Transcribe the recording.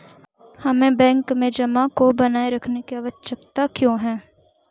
हमें बैंक में जमा को बनाए रखने की आवश्यकता क्यों है?